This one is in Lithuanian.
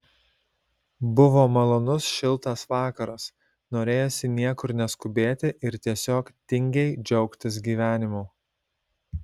buvo malonus šiltas vakaras norėjosi niekur neskubėti ir tiesiog tingiai džiaugtis gyvenimu